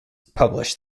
published